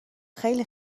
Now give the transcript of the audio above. خیلی